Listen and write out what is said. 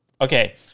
okay